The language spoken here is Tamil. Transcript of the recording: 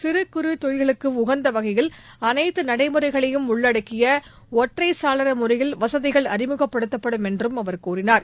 சிறு குறு தொழில்களுக்கு உகந்த வகையில் அனைத்து நடைமுறைகளையும் உள்ளடக்கிய ஒற்றை சாளர முறையில் வசதிகள் அறிமுகப்படுத்தப்படும் என்றும் அவர் கூறினார்